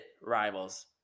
rivals